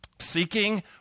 Seeking